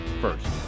first